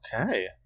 Okay